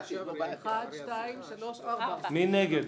מי נגד?